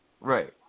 Right